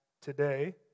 today